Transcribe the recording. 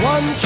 One